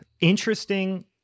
Interesting